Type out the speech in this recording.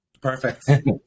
Perfect